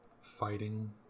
fighting